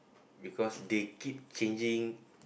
because they keep changing